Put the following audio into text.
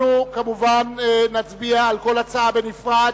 אנחנו כמובן נצביע על כל הצעה בנפרד.